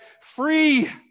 Free